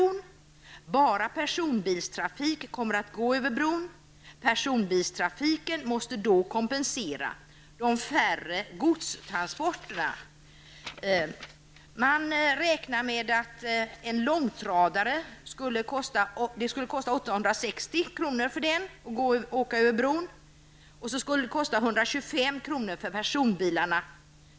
Det är bara personbilstrafik som kommer att gå över bron och den måste då kompensera de färre godstransporterna. Det uppgavs vid intervjutillfället att man räknar med att det för en långtradare skulle kosta 860 kr. att åka över bron och 125 kr. för en personbil.